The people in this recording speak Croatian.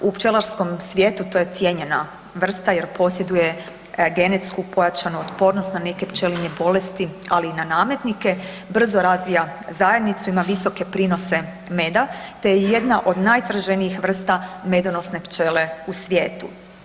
U pčelarskom svijetu to je cijenjena vrsta jer posjeduje genetsku pojačanu otpornost na neke pčelinje bolesti, ali i na nametnike, brzo razvija zajednicu, ima visoke prinose meda te je jedna od najtraženijih vrsta medonosne pčele u svijetu.